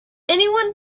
anyone